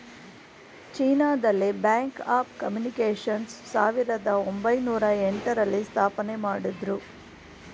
China ದಲ್ಲಿ bank of communications ಸಾವಿರದ ಒಂಬೈನೊರ ಎಂಟ ರಲ್ಲಿ ಸ್ಥಾಪನೆಮಾಡುದ್ರು